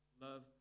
Love